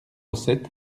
sept